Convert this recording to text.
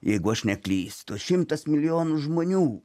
jeigu aš neklystu šimtas milijonų žmonių